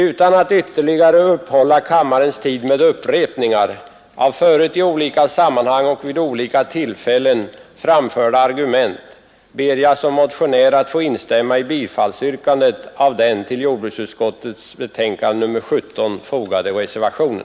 Utan att ytterligare uppta kammarens tid med upprepningar av förut i olika sammanhang och vid olika tillfällen framförda argument ber jag som motionär att få instämma i yrkandet om bifall till den vid jordbruksutskottets betänkande nr 17 fogade reservationen.